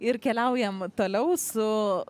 ir keliaujam toliau su